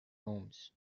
homes